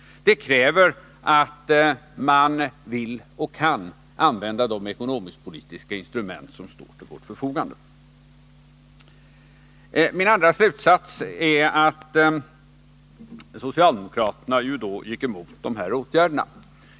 Det kräver att vi vill och kan använda de ekonomisktpolitiska instrument som står till vårt förfogande. Min andra slutsats är att socialdemokraterna gick emot de här åtgärderna.